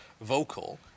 vocal